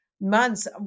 months